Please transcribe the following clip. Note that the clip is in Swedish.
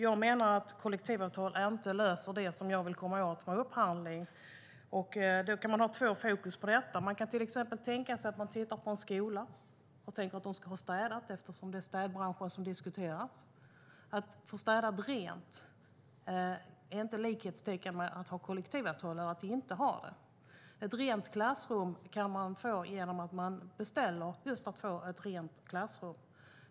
Jag menar att kollektivavtal inte löser det som jag vill komma åt vid en upphandling. Vi kan ha två olika fokus på detta. Vi kan till exempel tänka oss en skola som ska städas, eftersom det är städbranschen som diskuteras. Att få städat rent är inte lika med att ha kollektivavtal eller inte. Ett rent klassrum kan man få genom att man beställer just ett rent klassrum.